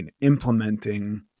implementing